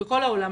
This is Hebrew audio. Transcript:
בכל העולם,